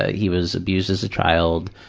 ah he was abused as a child